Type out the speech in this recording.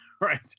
Right